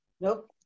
Nope